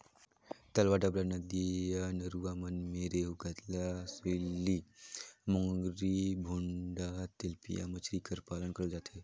तलवा डबरा, नदिया नरूवा मन में रेहू, कतला, सूइली, मोंगरी, भुंडा, तेलपिया मछरी कर पालन करल जाथे